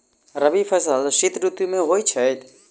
रबी फसल शीत ऋतु मे होए छैथ?